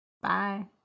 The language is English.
Bye